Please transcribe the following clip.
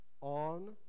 on